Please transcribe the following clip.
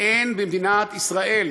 אין במדינת ישראל